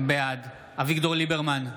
בעד אביגדור ליברמן,